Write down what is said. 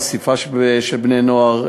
חשיפה של בני-נוער,